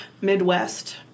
Midwest